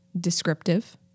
descriptive